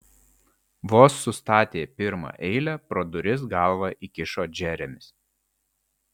vos sustatė pirmą eilę pro duris galvą įkišo džeremis